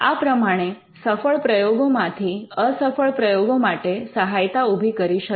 આ પ્રમાણે સફળ પ્રયોગો માંથી અસફળ પ્રયોગો માટે સહાયતા ઉભી કરી શકાય